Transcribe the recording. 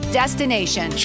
destination